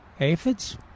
aphids